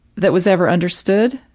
that was ever understood,